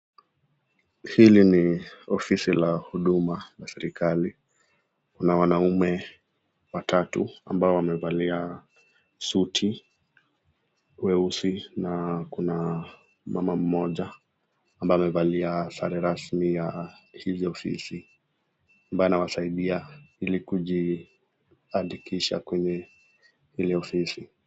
Hili ni ofisi la huduma la serikali. Kuna wanaume watatu ambao wamevalia suti weusi na kuna mama mmoja ambaye amevalia sare rasmi ya hii ofisi anawasaidia ili kujiandikisha kwenye ile ofisi.